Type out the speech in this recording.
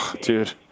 Dude